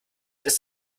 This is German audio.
dass